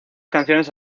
canciones